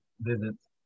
visits